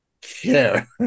care